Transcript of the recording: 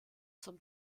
zum